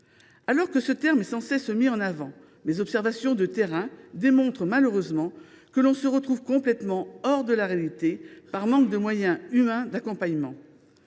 Alors que ce terme est sans cesse mis en avant, mes observations de terrain démontrent malheureusement que l’on se retrouve complètement hors de la réalité par manque de moyens humains d’accompagnement.